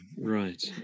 right